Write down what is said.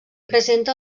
presenta